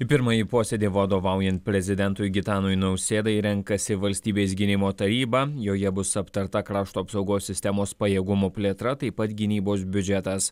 į pirmąjį posėdį vadovaujant prezidentui gitanui nausėdai renkasi valstybės gynimo taryba joje bus aptarta krašto apsaugos sistemos pajėgumų plėtra taip pat gynybos biudžetas